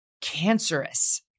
cancerous